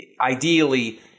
Ideally